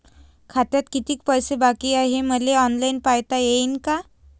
खात्यात कितीक पैसे बाकी हाय हे मले ऑनलाईन पायता येईन का?